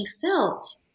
felt